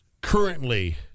Currently